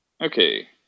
Okay